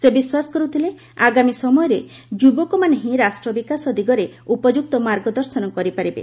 ସେ ବିଶ୍ୱାସ କରୁଥିଲେ ଆଗାମୀ ସମୟରେ ଯୁବକ ମାନେ ହିଁ ରାଷ୍ଟ୍ର ବିକାଶ ଦିଗରେ ଉପଯୁକ୍ତ ମାର୍ଗ ଦର୍ଶନ କରିପାରିବେ